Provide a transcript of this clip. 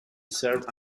served